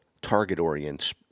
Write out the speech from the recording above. target-oriented